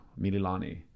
Mililani